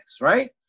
right